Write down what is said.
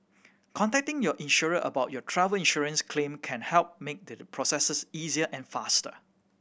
contacting your insurer about your travel insurance claim can help make the process easier and faster